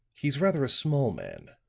he's rather a small man,